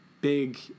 big